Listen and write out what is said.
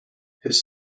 his